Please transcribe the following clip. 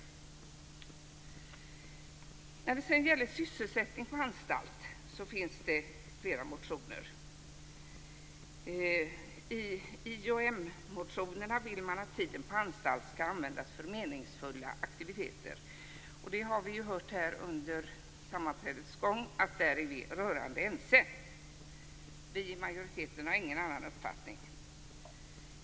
När det gäller sysselsättning på anstalterna finns det flera motioner. I m-motionerna säger man att man vill att tiden på anstalt skall användas för meningsfulla aktiviteter. Vi har hört under sammanträdets gång att vi är rörande ense om det. Vi i majoriteten har ingen annan uppfattning.